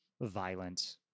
violent